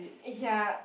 ya